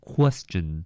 Question